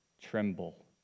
tremble